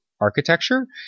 architecture